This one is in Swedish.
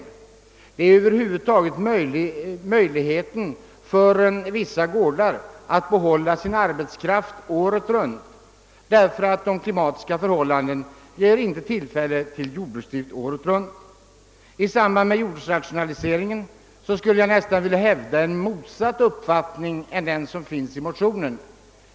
Ett sådant samband innebär över huvud taget möjligheten för vissa gårdar att behålla sin arbetskraft året runt, därför att de klimatiska förhållandena inte ger tillfälle till enbart jordbruksdrift året runt. Med hänsyn till skogsrationaliseringen skulle jag nästan vilja hävda en motsatt uppfattning mot den som kommer till uttryck i motionen.